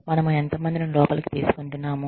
మనము ఎంతమందిని లోపలికి తీసుకుంటున్నాము